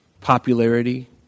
popularity